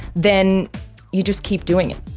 then you just keep doing it.